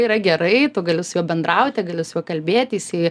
yra gerai tu gali su juo bendrauti gali su juo kalbėti jisai